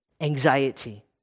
Anxiety